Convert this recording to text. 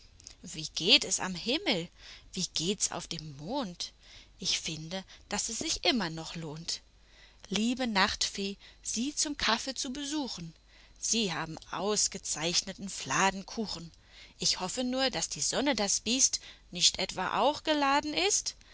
wie geht es am himmel wie geht's auf dem mond ich finde daß es sich immer noch lohnt liebe nachtfee sie zum kaffee zu besuchen sie haben ausgezeichneten fladenkuchen ich hoffe nur daß die sonne das biest nicht etwa auch geladen ist